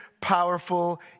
powerful